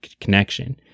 connection